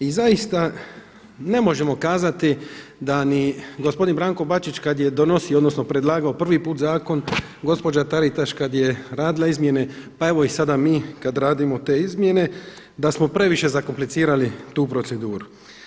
I zaista ne možemo kazati da ni gospodin Branko Bačić kada je donosio odnosno predlagao prvi put zakon gospođa Taritaš kad je radila izmjene, pa evo i sada mi kad radimo te izmjene da smo previše zakomplicirali tu proceduru.